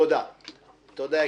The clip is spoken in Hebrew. תודה יקירי.